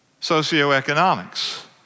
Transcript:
Socioeconomics